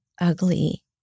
ugly